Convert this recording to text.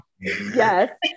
yes